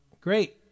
Great